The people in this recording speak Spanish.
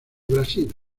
brasil